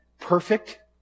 perfect